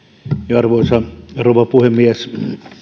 arvoisa rouva puhemies en